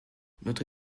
notre